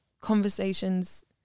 conversations